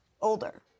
older